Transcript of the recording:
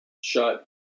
Shut